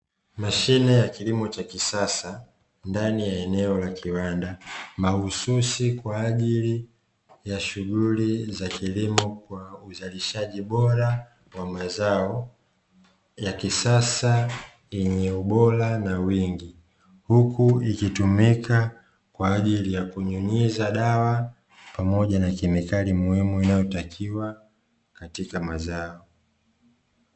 Mashine ya kilimo cha kisasa ndani ya eneo la kiwanda, mahususi kwa ajili ya shughuli za kilimo kwa uzalishaji bora wa mazao ya kisasa yenye ubora na wingi, huku ikitumika kwa ajili ya kunyunyiza dawa pamoja na kemikali muhimu inayotakiwa katika mazao.